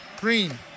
Green